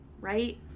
right